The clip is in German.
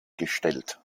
gestellt